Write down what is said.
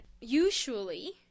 usually